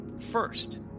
First